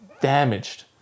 damaged